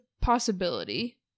possibility